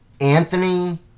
Anthony